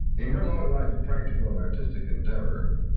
in your long life practical and artistic endeavor,